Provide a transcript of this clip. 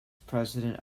president